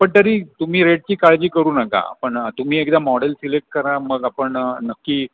पण तरी तुम्ही रेटची काळजी करू नका आपण तुम्ही एकदा मॉडेल सिलेक्ट करा मग आपण नक्की